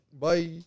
Bye